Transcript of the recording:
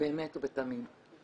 באמת ובתמים,